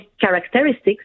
characteristics